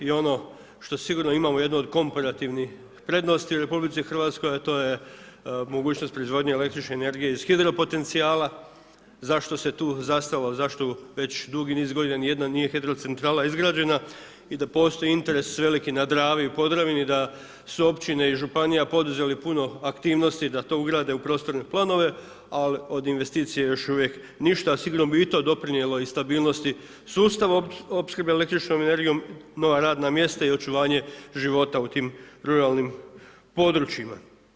I ono što sigurno imamo jednu od komperativnih prednosti u RH a to je mogućnost proizvodnje električne energije iz hidropotencijala, zašto se tu zastalo, zašto već dugi niz godina ni jedna nije hidrocentrala izgrađena i da postoji interes veliki na Dravi i u Podravini i da su općine i županija poduzeli puno aktivnosti da to ugrade u prostorne planove ali od investicije još uvijek ništa a sigurno bi i to doprinijelo i stabilnosti sustava opskrbe električnom energijom, nova radna mjesta i očuvanje života u tim ruralnim područjima.